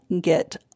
get